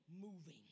moving